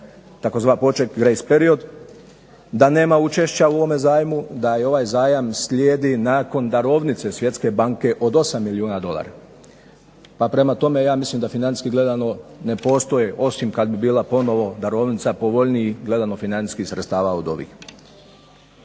razumije./… period, da nema učešća u ovome zajmu, da je ovaj zajam slijedi nakon darovnice Svjetske banke od 8 milijuna dolara. Pa prema tome ja mislim da financijski gledano ne postoje, osim kad bi bila ponovo darovnica povoljniji gledano financijskih sredstava od ovih.